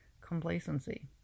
complacency